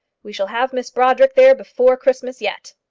we shall have miss brodrick there before christmas yet.